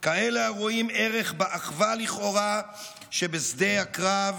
כאלה הרואים ערך באחווה לכאורה שבשדה הקרב,